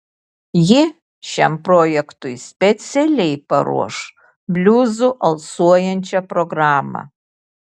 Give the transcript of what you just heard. ji šiam projektui specialiai paruoš bliuzu alsuojančią programą